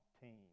team